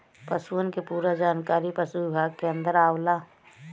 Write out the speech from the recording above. पसुअन क पूरा जानकारी पसु विभाग के अन्दर आवला